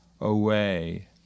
away